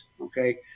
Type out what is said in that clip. Okay